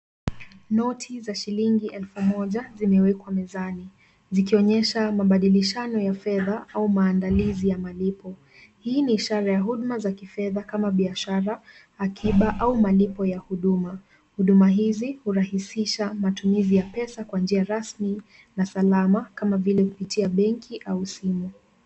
Noti za shilingi elfu moja zimewekwa mezani, zikionyesha mabadilishano ya fedha au maandalizi ya malipo, hii ni ishara ya huduma za kifedha kama biashara, akiba au malipo ya huduma, huduma hizi hurahisisha matumizi ya pesa kwa njia rasmi na salama kama vile kupitia benki au simu.